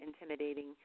intimidating